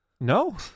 No